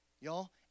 y'all